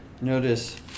notice